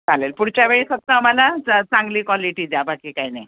चालेल पुढच्या वेळी फक्त आम्हाला च चांगली क्वालिटी द्या बाकी काही नाही